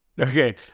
Okay